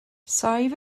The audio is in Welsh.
saif